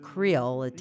Creole